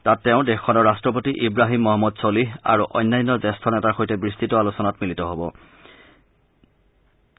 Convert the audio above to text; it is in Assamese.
তাত তেওঁ দেশখনৰ ৰট্টপতি ইৱাহিম মহম্মদ ছলিহ আৰু অন্যান্য জ্যেষ্ঠ নেতাৰ সৈতে বিস্তত আলোচনাত মিলিত হ'ব